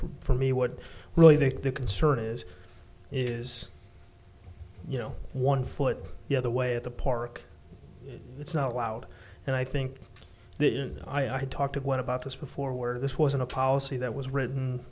for me what well i think the concern is is you know one foot the other way at the park it's not allowed and i think that i did talk to one about this before where this wasn't a policy that was written